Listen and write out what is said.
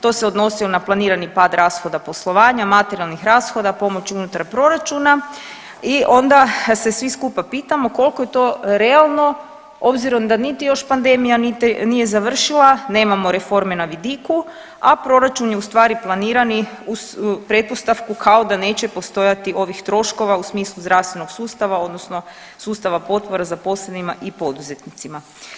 To se odnosilo na planirani pad rashoda poslovanja, materijalnih rashoda, pomoći unutar proračuna i onda se svi skupa pitamo koliko je to realno obzirom da niti još pandemija nije završila, nemamo reforme na vidiku, a proračun je u stvari planirani uz pretpostavku kao da neće postojati ovih troškova u smislu zdravstvenog sustava odnosno sustava potpora zaposlenima i poduzetnicima.